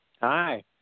Hi